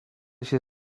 się